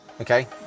okay